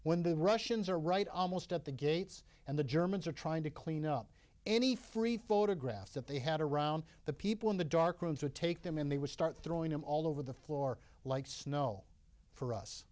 when the russians are right almost at the gates and the germans are trying to clean up any free photographs that they had around the people in the dark rooms would take them and they would start throwing them all over the floor like snow for us